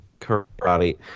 Karate